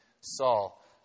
Saul